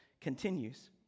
continues